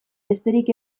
besterik